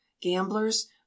gamblers